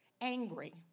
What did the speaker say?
angry